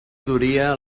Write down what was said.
duria